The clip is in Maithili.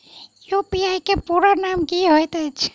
यु.पी.आई केँ पूरा नाम की होइत अछि?